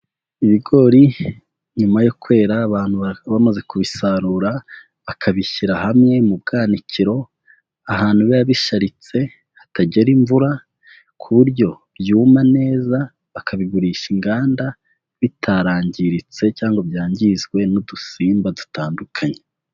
Ibigori nyuma yo kwera abantu bamaze kubisarura bakabishyira hamwe mu bwanikero ahantu biba bishyaritse hatagera imvura ku buryo byuma neza bakabigurisha inganda bitarangiritse cyangwa ngo byangizwe n'udusimba dutandukanye.